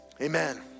amen